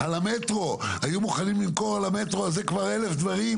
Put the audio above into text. על המטרו היו מוכנים למכור על המטרו הזה כבר אלף דברים.